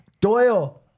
Doyle